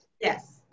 Yes